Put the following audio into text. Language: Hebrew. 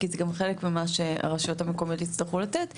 כי זה חלק ממה שהרשויות המקומיות יצטרכו לתת.